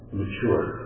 mature